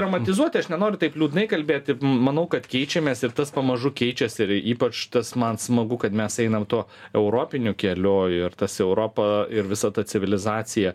romantizuoti aš nenoriu taip liūdnai kalbėti manau kad keičiamės ir tas pamažu keičiasi ir ypač tas man smagu kad mes einam tuo europiniu keliu ir tas europa ir visa ta civilizacija